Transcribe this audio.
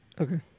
Okay